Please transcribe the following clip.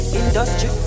industry